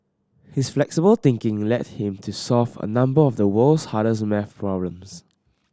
his flexible thinking led him to solve a number of the world's hardest maths problems